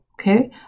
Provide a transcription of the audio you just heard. Okay